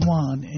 one